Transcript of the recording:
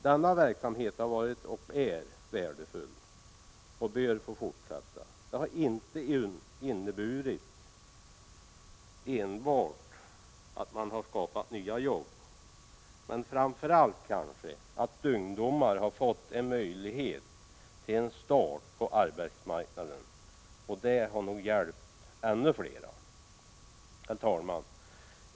Denna verksamhet har varit och är värdefull, och den bör få fortsätta. Den har inte enbart inneburit att man skapat nya jobb. Den har kanske framför allt inneburit att ungdomar fått en möjlighet till en start på arbetsmarknaden, och det har nog hjälpt ännu fler. Herr talman!